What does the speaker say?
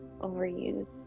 overuse